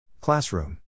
Classroom